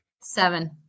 Seven